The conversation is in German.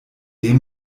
dem